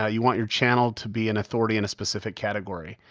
ah you want your channel to be an authority in a specific category.